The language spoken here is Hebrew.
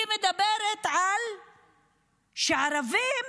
היא מדברת על כך שערבים